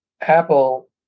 Apple